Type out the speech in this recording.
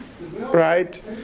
right